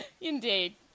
Indeed